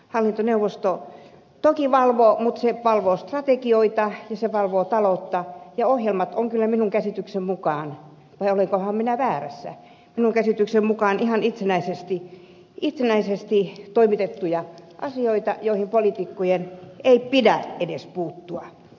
hallintoneuvosto toki valvoo mutta se valvoo strategioita ja se valvoo taloutta ja ohjelmat ovat kyllä minun käsitykseni mukaan vai olenkohan minä väärässä ihan itsenäisesti toimitettuja eikä poliitikkojen pidä niihin puuttua